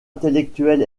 intellectuelle